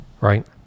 right